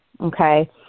okay